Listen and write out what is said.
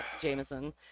Jameson